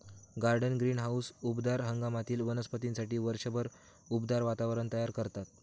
garden greenhouse उबदार हंगामातील वनस्पतींसाठी वर्षभर उबदार वातावरण तयार करतात